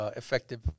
effective